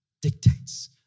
dictates